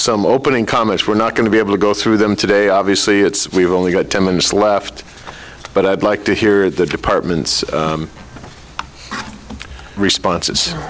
some opening comments we're not going to be able to go through them today obviously it's we've only got ten minutes left but i'd like to hear the department's response